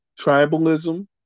tribalism